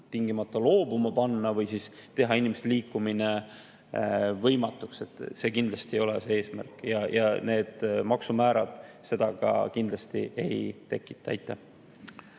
tingimata loobuma panna või teha inimeste liikumine võimatuks. See kindlasti ei ole see eesmärk ja need maksumäärad seda ka ei tekita. Aitäh!